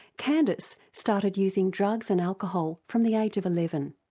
candice started using drugs and alcohol from the age of eleven,